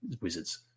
wizards